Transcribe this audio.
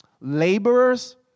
Laborers